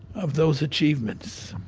of those achievements.